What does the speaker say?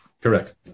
Correct